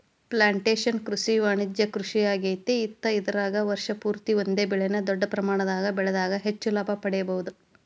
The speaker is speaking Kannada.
ಪ್ಲಾಂಟೇಷನ್ ಕೃಷಿ ವಾಣಿಜ್ಯ ಕೃಷಿಯಾಗೇತಿ ಮತ್ತ ಇದರಾಗ ವರ್ಷ ಪೂರ್ತಿ ಒಂದೇ ಬೆಳೆನ ದೊಡ್ಡ ಪ್ರಮಾಣದಾಗ ಬೆಳದಾಗ ಹೆಚ್ಚ ಲಾಭ ಪಡಿಬಹುದ